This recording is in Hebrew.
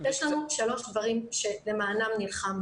יש לנו שלושה דברים שלמענם נלחמנו.